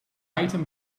item